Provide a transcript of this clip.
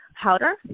powder